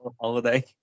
holiday